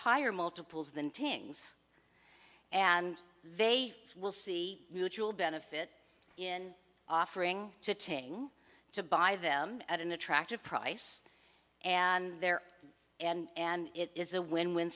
higher multiples than tings and they will see mutual benefit in offering to changing to buy them at an attractive price and there and it is a win win